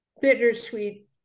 bittersweet